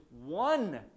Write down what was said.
one